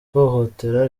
ihohotera